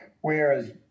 Whereas